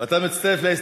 יופי, אני מודה לך מאוד.